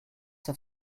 have